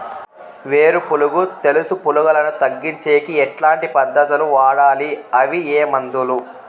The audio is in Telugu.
వేరు పులుగు తెలుసు పులుగులను తగ్గించేకి ఎట్లాంటి పద్ధతులు వాడాలి? అవి ఏ మందులు?